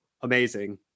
amazing